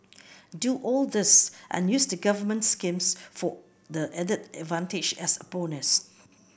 do all this and use the government schemes for the added advantage as a bonus